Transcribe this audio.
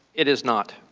it is not